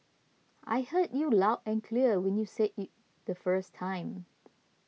I heard you loud and clear when you said it the first time